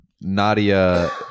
Nadia